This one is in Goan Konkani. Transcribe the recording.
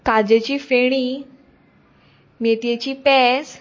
काजेची फेणी मेतयेची पेज